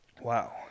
Wow